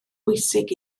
bwysig